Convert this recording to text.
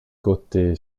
côté